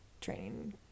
training